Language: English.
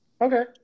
Okay